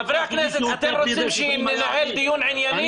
חברי הכנסת, אתם רוצים שננהל דיון ענייני?